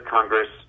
Congress